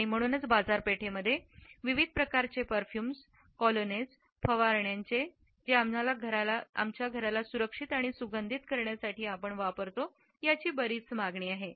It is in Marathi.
आणि म्हणूनच बाजारपेठेमध्ये ते विविध प्रकारच्या परफ्यूम कोलोनेस फवारण्यांच्या जे आमच्या घराला सुरक्षित आणि सुगंधी करण्यासाठी आपण वापरतो याची बरीच मागणी आहे